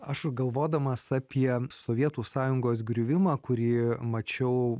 aš galvodamas apie sovietų sąjungos griuvimą kurį mačiau